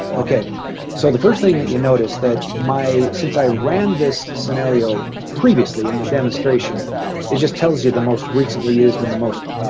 okay so the first thing that you notice that my since i ran this scenario previously in the demonstration it just tells you the most recently used in the most,